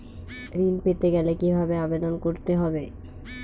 ঋণ পেতে গেলে কিভাবে আবেদন করতে হবে?